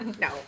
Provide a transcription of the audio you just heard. no